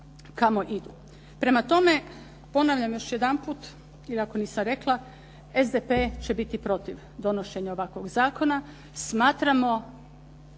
kamo idu. Prema tome, ponavljam još jedanput ili ako nisam rekla SDP će biti protiv donošenja ovakvog zakona. Smatramo